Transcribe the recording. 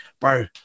bro